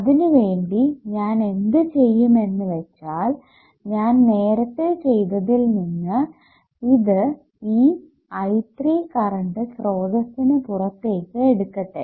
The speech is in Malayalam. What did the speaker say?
അതിനുവേണ്ടി ഞാൻ എന്തു ചെയ്യും എന്ന് വെച്ചാൽ ഞാൻ നേരത്തെ ചെയ്തതിൽനിന്ന് ഇത് ഈ I3 കറണ്ട് സ്രോതസിന് പുറത്തേക്ക് എടുക്കട്ടെ